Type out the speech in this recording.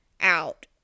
out